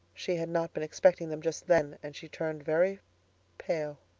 she had not been expecting them just then and she turned very pale.